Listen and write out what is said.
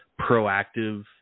proactive